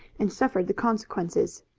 and suffered the consequences.